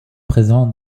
présent